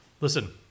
Listen